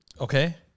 Okay